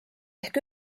ehk